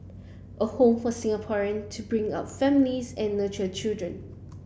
a home for Singaporean to bring up families and nurture children